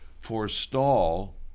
forestall